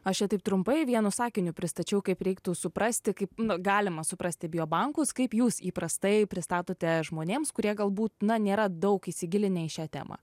aš čia taip trumpai vienu sakiniu pristačiau kaip reiktų suprasti kaip galima suprasti bio bankus kaip jūs įprastai pristatote žmonėms kurie galbūt na nėra daug įsigilinę į šią temą